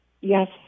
Yes